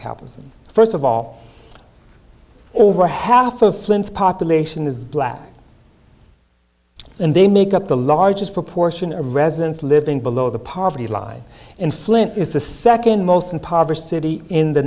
composition first of all over half of flints population is black and they make up the largest proportion of residents living below the poverty line in flint is the second most impoverished city in the